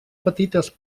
petites